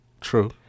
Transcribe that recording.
True